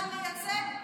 אחד מייצג?